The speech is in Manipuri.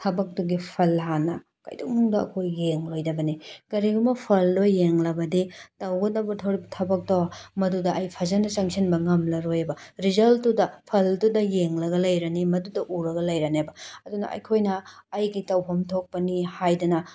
ꯊꯕꯛꯇꯨꯒꯤ ꯐꯜ ꯍꯥꯟꯅ ꯀꯩꯗꯧꯅꯨꯡꯗ ꯑꯩꯈꯣꯏ ꯌꯦꯡꯂꯣꯏꯗꯕꯅꯤ ꯀꯔꯤꯒꯨꯝꯕ ꯐꯜꯗꯣ ꯌꯦꯡꯂꯕꯗꯤ ꯇꯧꯒꯗꯕ ꯊꯕꯛꯇꯣ ꯃꯗꯨꯗ ꯑꯩ ꯐꯖꯅ ꯆꯪꯁꯤꯟꯕ ꯉꯝꯂꯔꯣꯏꯕ ꯔꯤꯖꯜꯠꯇꯨꯗ ꯐꯜꯗꯨꯗ ꯌꯦꯡꯂꯒ ꯂꯩꯔꯅꯤ ꯃꯗꯨꯇ ꯎꯔꯒ ꯂꯩꯔꯅꯦꯕ ꯑꯗꯨꯅ ꯑꯩꯈꯣꯏꯅ ꯑꯩꯒꯤ ꯇꯧꯐꯝ ꯊꯣꯛꯄꯅꯤ ꯍꯥꯏꯗꯅ